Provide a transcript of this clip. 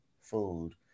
food